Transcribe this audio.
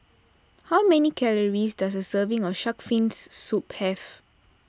how many calories does a serving of Shark's Fin Soup have